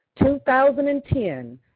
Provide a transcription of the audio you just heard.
2010